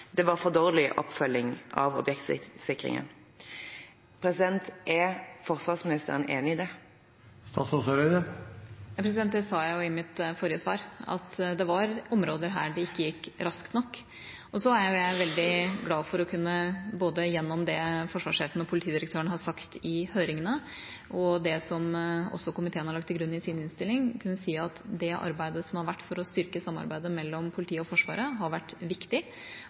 Det var for dårlig oppfølging av objektsikringen.» Er forsvarsministeren enig i det? Det sa jeg jo i mitt forrige svar, at det var områder her hvor det ikke gikk raskt nok. Så er jeg veldig glad for, både gjennom det forsvarssjefen og politidirektøren har sagt i høringene, og det som også komiteen har lagt til grunn i sin innstilling, å kunne si at det arbeidet som har vært gjort for å styrke samarbeidet mellom politiet og Forsvaret, har vært viktig,